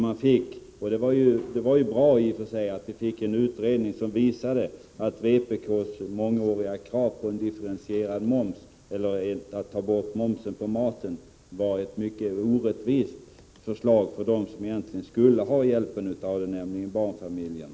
Men det är i och för sig bra, för vi fick en utredning som visar att vpk:s mångåriga krav på differentierad moms och borttagande av moms på maten var ett mycket orättvist förslag med tanke på dem som egentligen skulle behöva hjälp, nämligen barnfamiljerna.